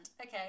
Okay